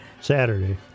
Saturday